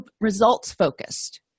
results-focused